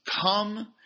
come